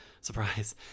surprise